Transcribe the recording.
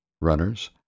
runners